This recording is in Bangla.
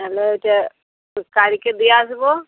তাহলে ওইটা কালকে দিয়ে আসবো